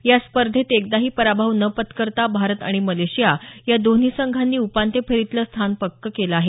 या स्पर्धेत एकदाही पराभव न पत्करता भारत आणि मलेशिया या दोन्ही संघांनी उपांत्य फेरीतलं स्थान पक्कं केलं आहे